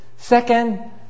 Second